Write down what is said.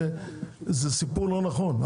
זה סיפור לא נכון.